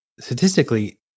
statistically